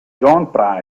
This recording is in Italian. john